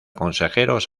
consejeros